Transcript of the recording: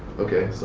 okay, so